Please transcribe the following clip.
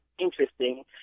interesting